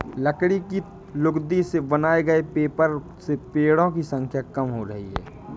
लकड़ी की लुगदी से बनाए गए पेपर से पेङो की संख्या कम हो रही है